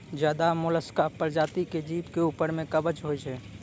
ज्यादे मोलसका परजाती के जीव के ऊपर में कवच होय छै